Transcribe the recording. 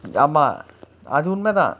ஆமா அது உண்மைதா:aamaa athu ummaithaa